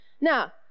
Now